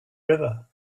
river